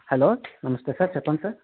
hello నమస్తే sir చెప్పండి sir